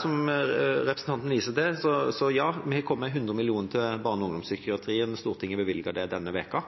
Som representanten viser til, har vi kommet med 100 mill. kr til barne- og ungdomspsykiatrien, Stortinget bevilget det denne uka.